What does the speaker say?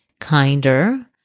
kinder